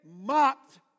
mocked